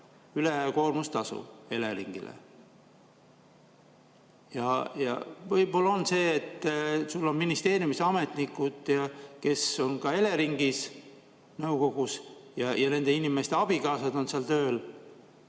ülekoormustasu Eleringile. Võib-olla on sedasi, et sul on ministeeriumis ametnikud, kes on ka Eleringi nõukogus, ja nende inimeste abikaasad on seal tööl.